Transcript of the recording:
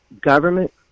government